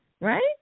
right